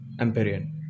empyrean